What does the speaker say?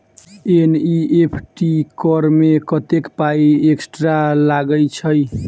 NEFT करऽ मे कत्तेक पाई एक्स्ट्रा लागई छई?